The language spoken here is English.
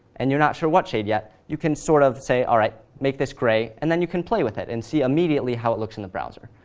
and you're not sure what shade yet, you can sort of say, all right, make this grey, and then you can play with it and see immediately how it looks in the browser.